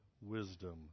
wisdom